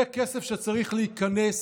זה כסף שצריך להיכנס